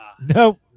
Nope